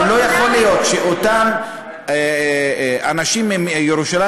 אבל לא יכול להיות שאותם אנשים מירושלים